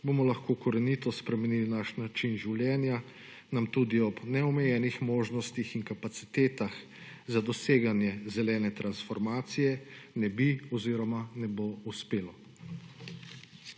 bomo lahko korenito spremenili naš način življenja nam tudi ob neomejenih možnostih in kapacitetah za doseganje zelene transformacije ne bi oziroma ne bo uspelo.